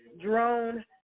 drone